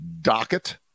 docket